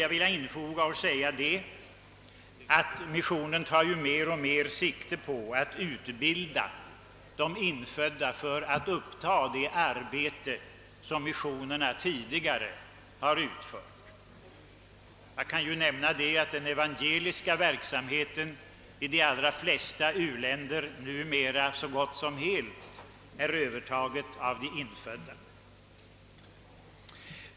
Jag vill där tillägga att missionen mer och mer tar sikte på att utbilda de infödda till att ta över det arbete missionerna tidigare uträttat. Jag kan nämna att den evangeliska verksamheten numera i de allra flesta u-länder så gott som helt har övertagits av de infödda.